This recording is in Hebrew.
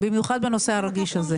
במיוחד בנושא הרגיש הזה.